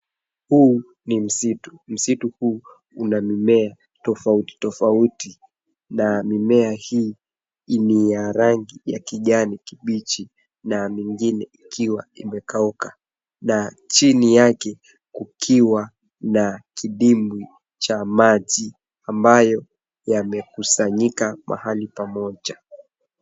Huu ni msitu, msitu huu una mimea tofauti tofauti na mimea hii ni ya rangi ya kijani kibichi na mingine ikiwa imekauka na chini yake kukuwa na kidimbwi cha maji ambayo yamekusanyika mahali pamoja.